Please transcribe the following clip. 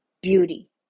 beauty